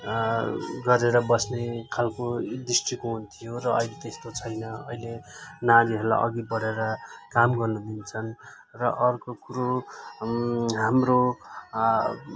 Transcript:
गरेर बस्ने खालको दृष्टिकोण थियो र अहिले त्यस्तो छैन अहिले नारीहरूलाई अघि बढेर काम गर्नु दिन्छन् र अर्को कुरो हाम्रो